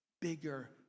bigger